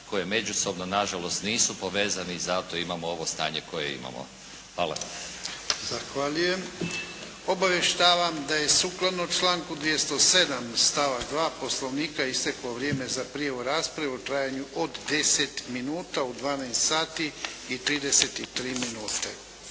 koje međusobno, nažalost nisu povezani i zato imamo ovo stanje koje imamo. Hvala. **Jarnjak, Ivan (HDZ)** Zahvaljujem. Obavještavam da je sukladno članku 207. stavak 2. Poslovnika isteklo vrijeme za prijavu u raspravu u trajanju od 10 minuta u 12 sati i 33 minute.